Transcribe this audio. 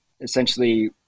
essentially